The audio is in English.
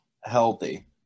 healthy